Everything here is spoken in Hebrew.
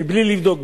בלי לבדוק,